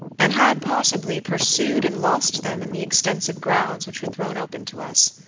and had, possibly, pursued and lost them in the extensive grounds which were thrown open to us.